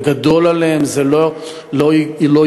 זה גדול עליהם, זה לא יקרה.